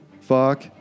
Fuck